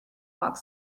walked